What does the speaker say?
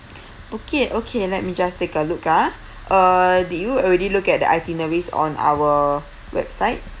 okay okay let me just take a look ah uh did you already look at the itineraries on our website